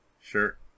Sure